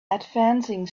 advancing